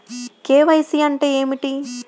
KYC అంటే ఏమిటి?